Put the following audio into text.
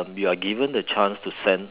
um you are given the chance to send